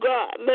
God